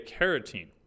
carotene